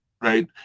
right